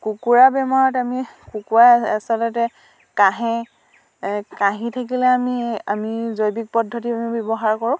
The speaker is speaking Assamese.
কুকুৰাৰ বেমাৰত আমি কুকুৰা আচলতে কাহে কাহি থাকিলে আমি আমি জৈৱিক পদ্ধতি আমি ব্যৱহাৰ কৰোঁ